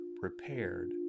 prepared